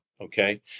Okay